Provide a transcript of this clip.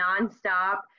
nonstop